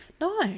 No